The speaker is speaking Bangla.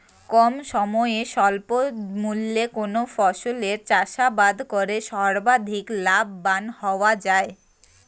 কম সময়ে স্বল্প মূল্যে কোন ফসলের চাষাবাদ করে সর্বাধিক লাভবান হওয়া য়ায়?